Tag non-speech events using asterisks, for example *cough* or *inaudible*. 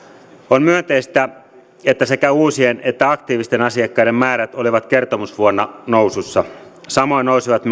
on myönteistä että sekä uusien että aktiivisten asiakkaiden määrät olivat kertomusvuonna nousussa samoin nousivat *unintelligible*